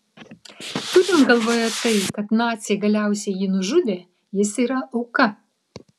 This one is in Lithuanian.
turint galvoje tai kad naciai galiausiai jį nužudė jis yra auka